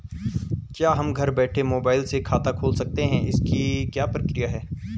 क्या हम घर बैठे मोबाइल से खाता खोल सकते हैं इसकी क्या प्रक्रिया है?